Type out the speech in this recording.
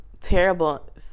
terrible